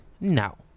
No